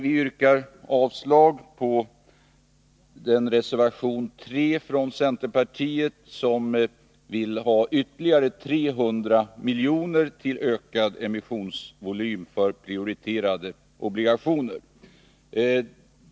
Vi yrkar därför avslag på reservation 3 från centerpartiet om ytterligare 300 miljoner i ökad emissionsvolym för prioriterade obligationer.